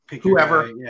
Whoever